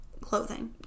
clothing